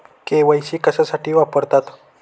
KYC कशासाठी वापरतात?